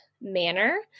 manner